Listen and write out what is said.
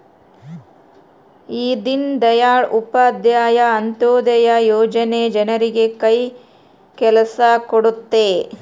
ಈ ದೀನ್ ದಯಾಳ್ ಉಪಾಧ್ಯಾಯ ಅಂತ್ಯೋದಯ ಯೋಜನೆ ಜನರಿಗೆ ಕೈ ಕೆಲ್ಸ ಕೊಡುತ್ತೆ